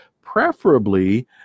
Preferably